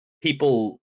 People